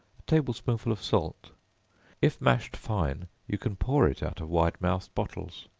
table-spoonful of salt if mashed fine you can pour it out of wide-mouthed bottles